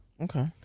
Okay